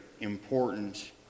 important